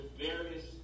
various